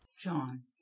John